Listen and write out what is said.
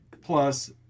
Plus